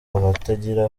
abatagira